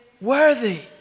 worthy